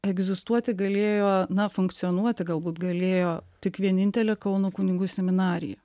egzistuoti galėjo na funkcionuoti galbūt galėjo tik vienintelė kauno kunigų seminarija